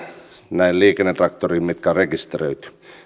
näillä liikennetraktoreilla mitkä on rekisteröity